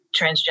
transgender